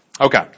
Okay